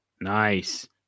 Nice